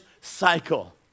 cycle